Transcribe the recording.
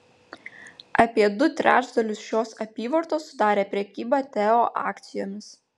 apie du trečdalius šios apyvartos sudarė prekyba teo akcijomis